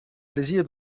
plaisir